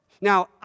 Now